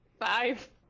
Five